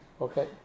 okay